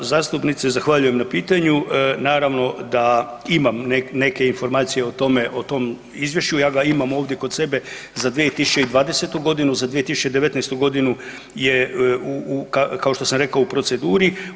Poštovana zastupnice zahvaljujem na pitanju, naravno da imam neke informacije o tome, o tom izvješću, ja ga imam ovdje kod sebe za 2020. godine, za 2019. godinu je u kao što sam rekao u proceduru.